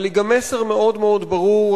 אבל היא גם מסר מאוד מאוד ברור,